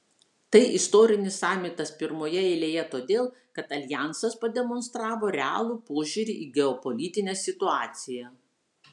tai istorinis samitas pirmoje eilėje todėl kad aljansas pademonstravo realų požiūrį į geopolitinę situaciją